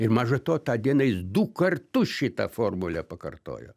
ir maža to tą dieną jis du kartus šitą formulę pakartojo